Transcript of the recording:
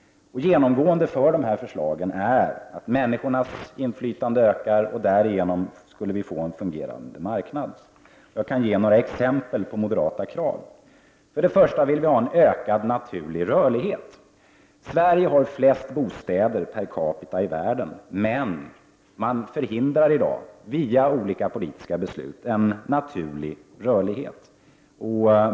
Genomgående för dessa förslag är att människornas inflytande ökar, och därigenom skulle vi få en fungerande marknad. Jag kan ge några exempel på moderata krav. För det första vill vi ha en ökad naturlig rörlighet. Sverige har flest bostäder per capita i hela världen, men i dag förhindrar man via olika politiska beslut en naturlig rörlighet.